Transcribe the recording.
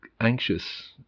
anxious